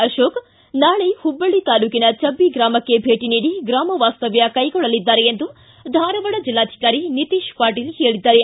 ಅಶೋಕ್ ನಾಳೆ ಹುಬ್ಬಳ್ಳಿ ತಾಲೂಕಿನ ಭಬ್ದಿ ಗ್ರಾಮಕ್ಕೆ ಭೇಟ ನೀಡಿ ಗ್ರಾಮವಾಸ್ತವ್ಯ ಕೈಗೊಳ್ಳಲಿದ್ದಾರೆ ಎಂದು ಧಾರವಾಡ ಜಿಲ್ಲಾಧಿಕಾರಿ ನಿತೇಶ್ ಪಾಟೀಲ ಹೇಳಿದ್ದಾರೆ